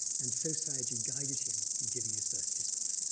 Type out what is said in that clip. and so sayagyi guided him in giving his first discourses